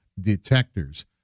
detectors